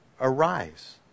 arise